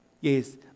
Yes